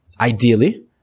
ideally